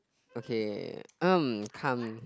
okay um come